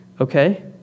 okay